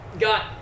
got